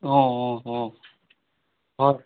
অঁ অঁ অঁ অঁ হয়